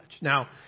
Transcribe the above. Now